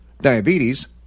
diabetes